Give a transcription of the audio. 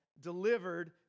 delivered